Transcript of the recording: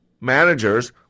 Managers